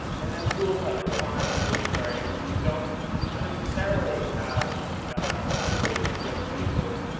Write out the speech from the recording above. and then tools like refine and bigquery, that don't and necessarily have a specific geospatial